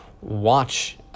watch